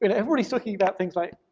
and everybody's talking about things like